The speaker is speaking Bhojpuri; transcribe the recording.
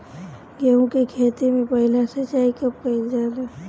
गेहू के खेती मे पहला सिंचाई कब कईल जाला?